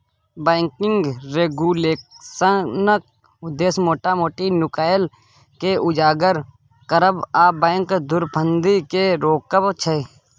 banking रेगुलेशनक उद्देश्य मोटा मोटी नुकाएल केँ उजागर करब आ बैंक धुरफंदी केँ रोकब छै